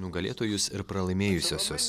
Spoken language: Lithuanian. nugalėtojus ir pralaimėjusiuosius žmogui